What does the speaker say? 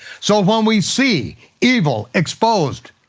so when we see evil exposed,